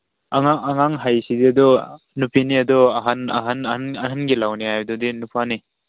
ꯑꯉꯥꯡ ꯍꯥꯏꯁꯤ ꯑꯗꯨꯝ ꯅꯨꯄꯤꯅꯤ ꯑꯗꯨ ꯑꯍꯟꯒꯤ ꯂꯧꯅꯤ ꯍꯥꯏꯗꯨꯗꯤ ꯅꯨꯄꯥꯅꯤ